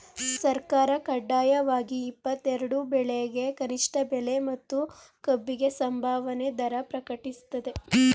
ಸರ್ಕಾರ ಕಡ್ಡಾಯವಾಗಿ ಇಪ್ಪತ್ತೆರೆಡು ಬೆಳೆಗೆ ಕನಿಷ್ಠ ಬೆಲೆ ಮತ್ತು ಕಬ್ಬಿಗೆ ಸಂಭಾವನೆ ದರ ಪ್ರಕಟಿಸ್ತದೆ